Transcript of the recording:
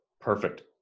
Perfect